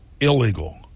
Illegal